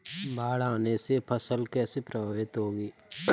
बाढ़ आने से फसल कैसे प्रभावित होगी?